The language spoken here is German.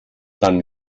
dann